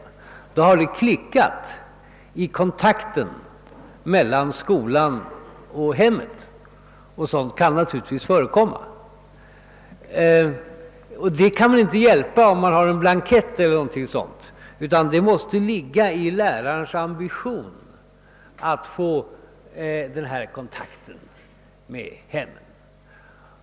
Då har det brustit i kontakten mellan skolan och hemmet, och sådant kan naturligtvis förekomma. I dylika fall hjälper det dock knappast med en blankett eller något sådant. Det måste ligga i lärarens egen ambition ati få denna kontakt med hemmet.